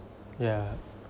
yeah